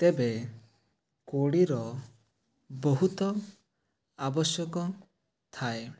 ତେବେ କୋଡ଼ି ର ବହୁତ ଆବଶ୍ୟକ ଥାଏ